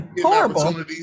horrible